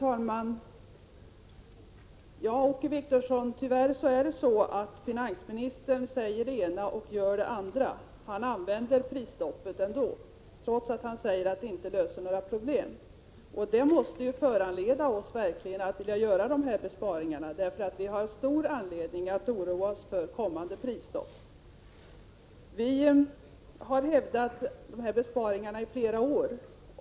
Herr talman! Tyvärr är det så, Åke Wictorsson, att finansministern säger det ena och gör det andra. Han använder prisstoppet trots att han säger att det inte löser några problem. Det måste föranleda oss att verkligen vidta dessa besparingar. Vi har ju stor anledning att oroa oss för kommande prisstopp. Vi har talat för de här besparingarna i flera år.